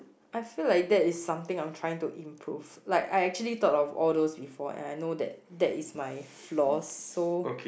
I feel like that is something I'm trying to improve like I actually thought of all those before and I know that that is my flaws so